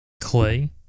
clay